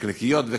נקניקיות וקבב.